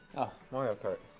mario kart,